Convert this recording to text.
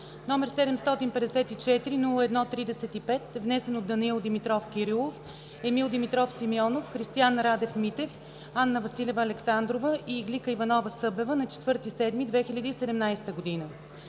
№ 754-01-35, внесен от Данаил Димитров Кирилов, Емил Димитров Симеонов, Христиан Радев Митев, Анна Василева Александрова и Иглика Иванова-Събева на 4 юли 2017 г.